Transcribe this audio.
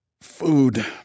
Food